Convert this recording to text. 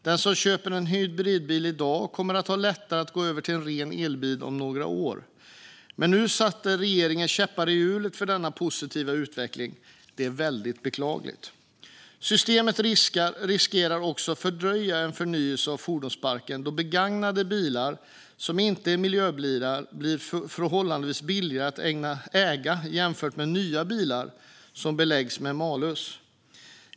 Den som köper en hybridbil i dag kommer att ha lättare att gå över till en ren elbil om några år. Men nu sätter regeringen käppar i hjulen för denna positiva utveckling. Det är väldigt beklagligt. Systemet riskerar också att fördröja en förnyelse av fordonsparken, då begagnade bilar som inte är miljöbilar blir förhållandevis billiga att äga jämfört med nya bilar som beläggs med malus.